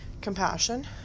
compassion